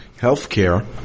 Healthcare